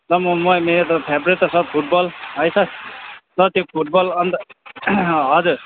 म म मेरो त फेभरेट त सर फुटबल है सर सर त्यो फुटबल अन्त हजुर